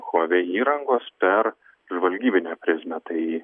chuavei įrangos per žvalgybinę prizmę tai